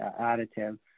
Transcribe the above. additive